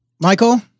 Michael